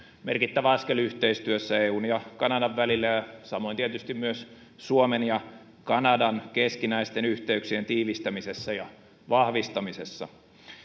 merkittävä askel yhteistyössä eun ja kanadan välillä ja samoin tietysti myös suomen ja kanadan keskinäisten yhteyksien tiivistämisessä ja vahvistamisessa